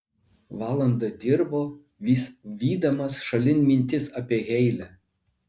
valandą dirbo vis vydamas šalin mintis apie heile